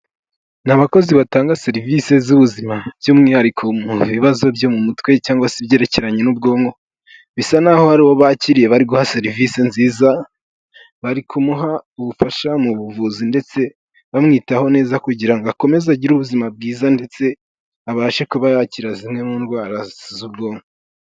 Ni abakozi batanga serivise z'ubuzima, by'umwihariko mu bibazo byo mu mutwe cyangwa se ibyerekeranye n'ubwonko, bisa naho hari uwo bakiriye bari guha serivise nziza, bari kumuha ubufasha mu buvuzi ndetse bamwitaho neza kugira ngo akomeze agire ubuzima bwiza ndetse abashe kuba yakira zimwe mu ndwara z'ubwonko.